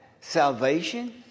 Salvation